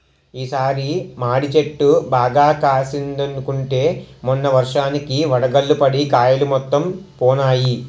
ఈ సారి మాడి చెట్టు బాగా కాసిందనుకుంటే మొన్న వర్షానికి వడగళ్ళు పడి కాయలు మొత్తం పోనాయి